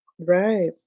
right